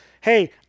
hey